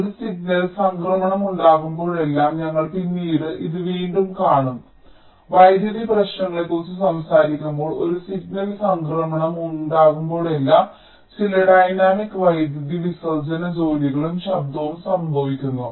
ഒരു സിഗ്നൽ സംക്രമണം ഉണ്ടാകുമ്പോഴെല്ലാം ഞങ്ങൾ പിന്നീട് ഇത് വീണ്ടും കാണും വൈദ്യുതി പ്രശ്നങ്ങളെക്കുറിച്ച് സംസാരിക്കുമ്പോൾ ഒരു സിഗ്നൽ സംക്രമണം ഉണ്ടാകുമ്പോഴെല്ലാം ചില ഡൈനാമിക് വൈദ്യുതി വിസർജ്ജന ജോലികളും ശബ്ദവും സംഭവിക്കുന്നു